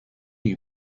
you